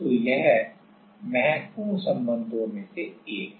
तो यह महत्वपूर्ण संबंधों में से एक है